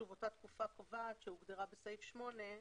שוב, אותה תקופה קובעת שהוגדרה בסעיף 8,